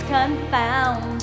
Confound